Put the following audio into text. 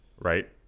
right